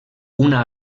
una